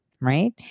Right